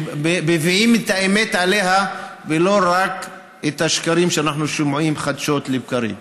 שמביאים את האמת עליה ולא רק את השקרים שאנחנו שומעים חדשות לבקרים.